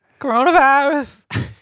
Coronavirus